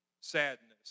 sadness